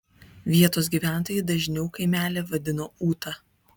vietos gyventojai dažniau kaimelį vadino ūta